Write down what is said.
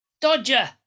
Dodger